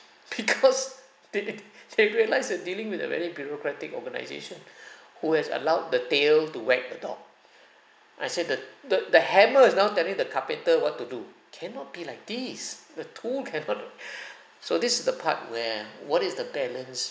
because they they realise they're dealing with a very bureaucratic organization who has allowed the tail to wag the dog I said the the the the hammer is now telling the carpenter what to do cannot be like this the tool cannot so this is the part where what is the balance